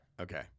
Okay